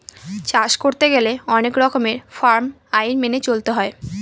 চাষ করতে গেলে অনেক রকমের ফার্ম আইন মেনে চলতে হয়